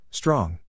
Strong